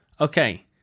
Okay